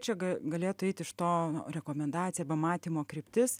čia ga galėtų eiti iš to rekomendacija pamatymo kryptis